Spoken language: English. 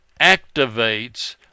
activates